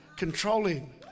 Controlling